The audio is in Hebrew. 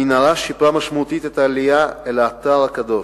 המנהרה שיפרה משמעותית את העלייה אל האתר הקדוש.